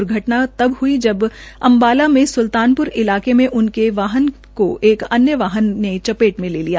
दुर्घटना तब हुई जब अंबाला में सुल्तानपुर इलाके में उनके वाहन को एक अन्य वाहन ने चपेट में ले लिया